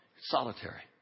Solitary